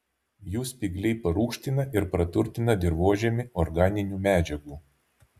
jų spygliai parūgština ir praturtina dirvožemį organinių medžiagų